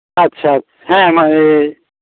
ᱟᱪᱪᱷᱟ ᱦᱮᱸ ᱢᱟ